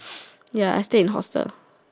ya I stay in hostel